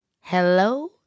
Hello